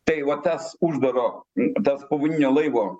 tai va tas uždaro tas povandeninio laivo